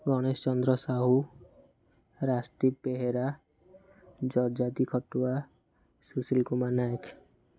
ଗଣେଶ ଚନ୍ଦ୍ର ସାହୁ ରାସ୍ତିବ ବେହେରା ଜଜାତି ଖଟୁଆ ସୁଶିଲ କୁମାର ନାୟକ